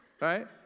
right